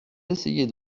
essayez